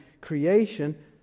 creation